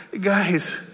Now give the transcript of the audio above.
Guys